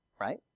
right